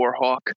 Warhawk